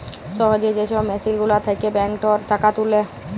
সহজে যে ছব মেসিল গুলার থ্যাকে ব্যাংকটর টাকা তুলে